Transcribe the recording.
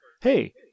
Hey